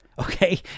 Okay